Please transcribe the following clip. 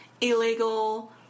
illegal